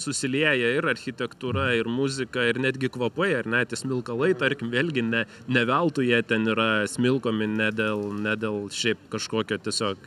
susilieja ir architektūra ir muzika ir netgi kvapai ar ne tie smilkalai tarkim vėlgi ne ne veltui jie ten yra smilkomi ne dėl ne dėl šiaip kažkokio tiesiog